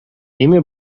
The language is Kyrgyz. эми